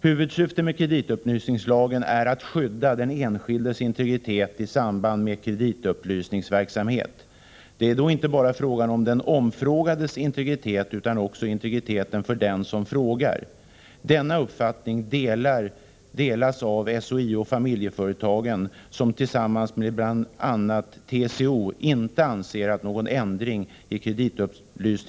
Huvudsyftet med kreditupplysningslagen är att skydda den enskildes integritet i samband med kreditupplysningsverksamhet. Det är då inte bara fråga om den omfrågades integritet utan också integriteten för den som frågar. Denna uppfattning delas av SHIO-Familjeföretagen som tillsammans här avseendet behöver göras.